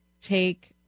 take